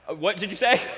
what did you say?